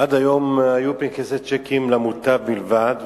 עד היום היו פנקסי צ'קים למוטב בלבד,